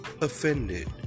offended